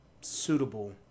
suitable